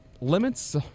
limits